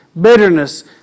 Bitterness